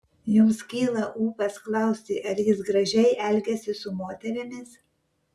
jums kyla ūpas klausti ar jis gražiai elgiasi su moterimis